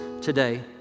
today